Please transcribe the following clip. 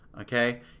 Okay